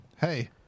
Hey